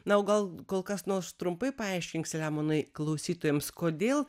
na o gal kol kas nors trumpai paaiškink saliamonai klausytojams kodėl